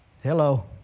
Hello